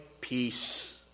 peace